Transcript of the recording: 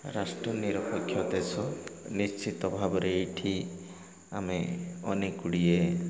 ରାଷ୍ଟ୍ର ନିରପେକ୍ଷ ଦେଶ ନିଶ୍ଚିତ ଭାବରେ ଏଇଠି ଆମେ ଅନେକ ଗୁଡ଼ିଏ